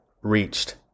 reached